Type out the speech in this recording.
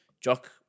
Jock